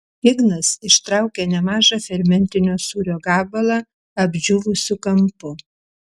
ignas ištraukė nemažą fermentinio sūrio gabalą apdžiūvusiu kampu